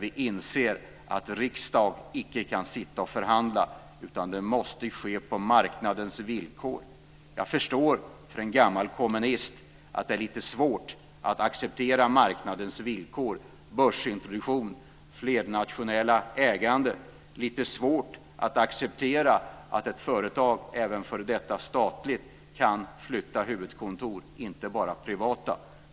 Vi inser nämligen att riksdagen inte kan sitta och förhandla, utan att det måste ske på marknadens villkor. Jag förstår att det för en gammal kommunist är lite svårt att acceptera marknadens villkor med börsintroduktion och flernationella äganden och att ett företag, även ett före detta statligt, kan flytta sitt huvudkontor, inte bara privata.